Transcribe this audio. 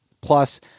plus